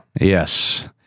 Yes